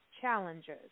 challenges